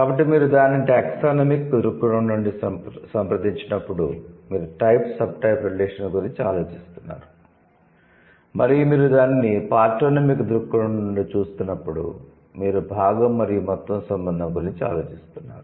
కాబట్టి మీరు దానిని 'టాక్సానమిక్' దృక్కోణం నుండి సంప్రదించినప్పుడు మీరు 'టైప్ సబ్టైప్' రిలేషన్ గురించి ఆలోచిస్తున్నారు మరియు మీరు దానిని 'పార్టోనమిక్' దృక్కోణం నుండి చూస్తున్నప్పుడు మీరు 'భాగం మరియు మొత్తం' సంబంధం గురించి ఆలోచిస్తున్నారు